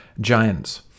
giants